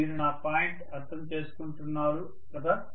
మీరు నా పాయింట్ అర్థం చేసుకుంటున్నారు కదా